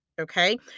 okay